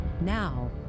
Now